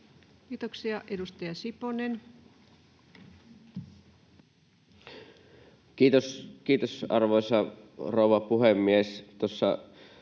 Kiitoksia. — Edustaja Siponen. Kiitos, arvoisa rouva puhemies!